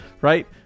right